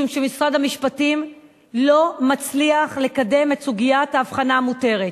משום שמשרד המשפטים לא מצליח לקדם את סוגיית ההבחנה המותרת.